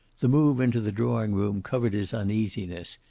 the move into the drawing-room covered his uneasiness,